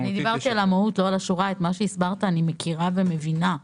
-- את מה שהסברת אני מכירה ומכינה,